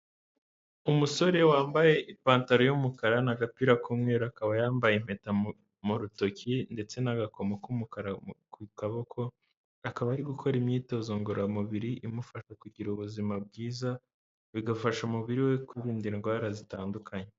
uUmusore wambaye ipantaro y'umukara n'agapira k'umweru akaba yambaye impeta mu rutoki ndetse n'agakomo k'umukara ku kaboko, akaba ari gukora imyitozo ngororamubiri imufasha kugira ubuzima bwiza, bigafasha umubiri we kwirindanda indwara zitandukanye.